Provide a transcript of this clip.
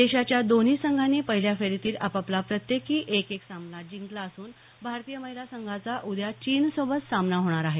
देशाच्या दोन्ही संघांनी पहिल्या फेरीतील आपापला प्रत्येकी एक एक सामना जिंकला असून भारतीय महिला संघाचा उद्या चीनसोबत सामना होणार आहे